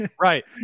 Right